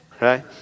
Right